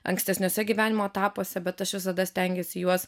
ankstesniuose gyvenimo etapuose bet aš visada stengiuosi juos